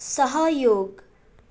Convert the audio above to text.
सहयोग